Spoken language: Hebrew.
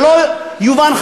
שלא יובן,